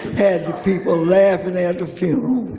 had the people laughing at the funeral,